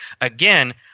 again